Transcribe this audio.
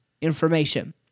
information